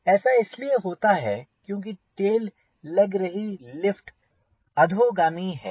ऐसा इसलिए होता है क्योंकि टेल लग रही लिफ्ट अधोगामी है